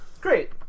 Great